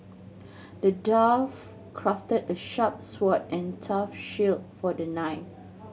the dwarf crafted a sharp sword and tough shield for the knight